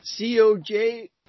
COJ